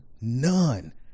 none